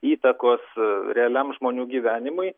įtakos realiam žmonių gyvenimui